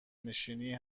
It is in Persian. نشینی